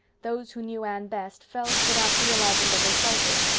those who knew anne best felt, without realizing that they felt it,